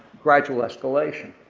gradual escalation.